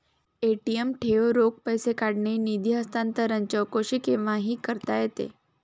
ATM ठेव, रोख पैसे काढणे, निधी हस्तांतरण, चौकशी केव्हाही करता येते